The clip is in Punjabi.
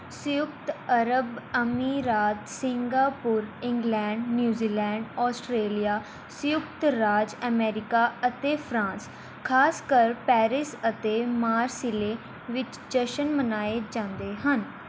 ਸੰਯੁਕਤ ਅਰਬ ਅਮੀਰਾਤ ਸਿੰਗਾਪੁਰ ਇੰਗਲੈਂਡ ਨਿਊਜ਼ੀਲੈਂਡ ਔਸਟ੍ਰੇਲੀਆ ਸੰਯੁਕਤ ਰਾਜ ਅਮੇਰੀਕਾ ਅਤੇ ਫਰਾਂਸ ਖਾਸਕਰ ਪੈਰਿਸ ਅਤੇ ਮਾਰਸੀਲੇ ਵਿੱਚ ਜਸ਼ਨ ਮਨਾਏ ਜਾਂਦੇ ਹਨ